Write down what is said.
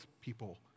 people